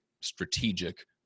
strategic